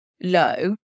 low